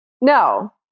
no